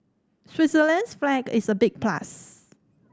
Switzerland's flag is a big plus